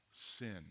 sin